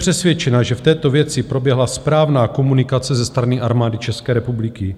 Jste přesvědčena, že v této věci proběhla správná komunikace ze strany Armády České republiky?